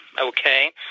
okay